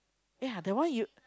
ya that one you